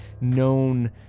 known